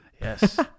Yes